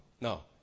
no